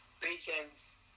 Patience